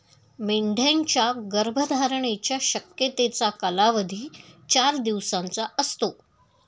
मेंढ्यांच्या गर्भधारणेच्या शक्यतेचा कालावधी चार दिवसांचा असतो